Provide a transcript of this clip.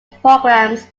programs